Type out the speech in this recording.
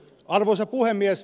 arvoisa puhemies